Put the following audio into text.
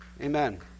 amen